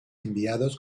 enviados